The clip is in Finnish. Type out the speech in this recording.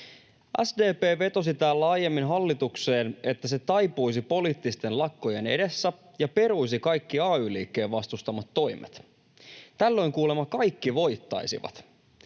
SDP vetosi täällä aiemmin hallitukseen, että se taipuisi poliittisten lakkojen edessä ja peruisi kaikki ay-liikkeen vastustamat toimet. Tällöin kuulemma kaikki voittaisivat.